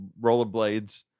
rollerblades